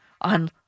on